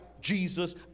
Jesus